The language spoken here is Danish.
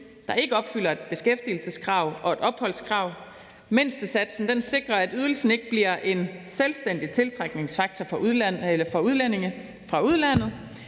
der ikke opfylder et beskæftigelseskrav og et opholdskrav. Mindstesatsen sikrer, at ydelsen ikke bliver en selvstændig tiltrækningsfaktor for folk fra udlandet.